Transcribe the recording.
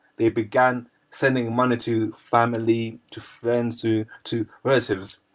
they began sending money to family, to friends, to to relatives.